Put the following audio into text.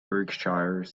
berkshire